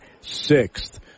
sixth